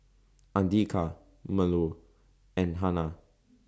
Andika Melur and Hana